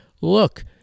look